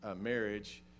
marriage